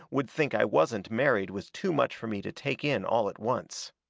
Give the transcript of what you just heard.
would think i wasn't married was too much for me to take in all at once.